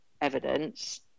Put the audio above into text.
evidence